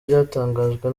byatangajwe